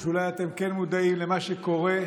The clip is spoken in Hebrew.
או שאולי אתם כן מודעים למה שקורה,